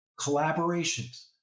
Collaborations